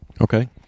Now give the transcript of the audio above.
Okay